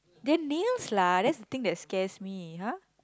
the nails lah that's the thing that scares me !huh!